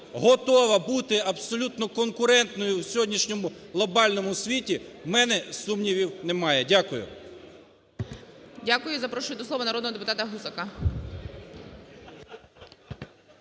готова бути абсолютно конкурентною в сьогоднішньому глобальному світі, в мене сумнівів немає. Дякую. ГОЛОВУЮЧИЙ. Дякую. Запрошу до слова народного депутата Гусака.